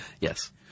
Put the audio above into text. Yes